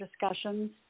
discussions